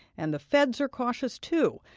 and the feds are cautious too.